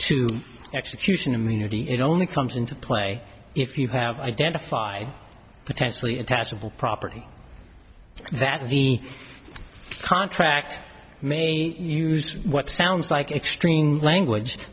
to execution immunity it only comes into play if you have identified potentially a testable property that he contract may used what sounds like extreme language